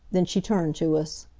then she turned to us.